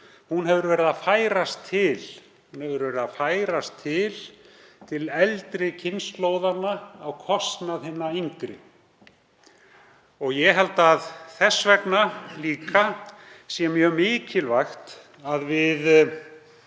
hefur því verið að færast til. Hún hefur verið að færast til eldri kynslóðanna á kostnað hinna yngri. Ég held að þess vegna sé líka mjög mikilvægt að við